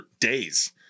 days